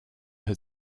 had